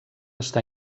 està